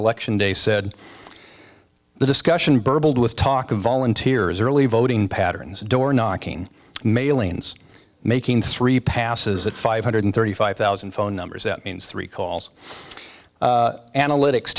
election day said the discussion burbled with talk of volunteers early voting patterns door knocking mailings making three passes at five hundred thirty five thousand phone numbers it means three calls analytics